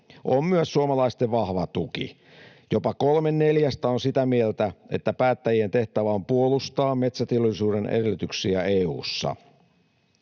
on myös suomalaisten vahva tuki. Jopa kolme neljästä on sitä mieltä, että päättäjien tehtävä on puolustaa metsäteollisuuden edellytyksiä EU:ssa.